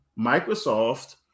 microsoft